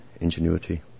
ingenuity